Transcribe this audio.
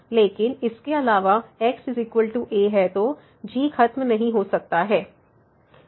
लेकिन इसके अलावा x a है तो g खत्म नहीं हो सकता है